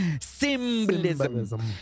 Symbolism